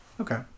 okay